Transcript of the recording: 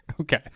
Okay